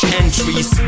entries